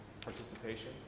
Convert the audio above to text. participation